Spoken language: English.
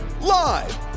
Live